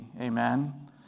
Amen